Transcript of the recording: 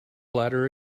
bladder